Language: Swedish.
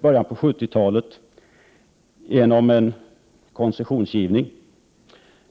början av 1970-talet genom en koncessionsgivning.